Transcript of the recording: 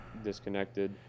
Disconnected